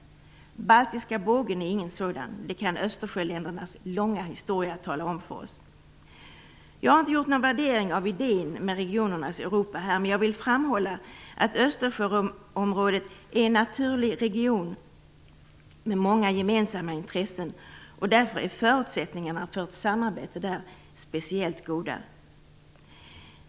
Baltiska bågen är ingen sådan. Det kan Östersjöländernas långa historia tala om för oss. Jag har inte gjort någon värdering av idén med regionernas Europa. Men jag vill framhålla att Östersjöområdet är en naturlig region med många gemensamma intressen. Därför är förutsättningarna för ett samarbete där speciellt goda.